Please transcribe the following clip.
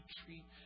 treat